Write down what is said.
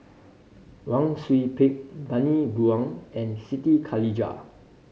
Wang Sui Pick Bani Buang and Siti Khalijah